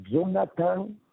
Jonathan